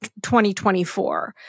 2024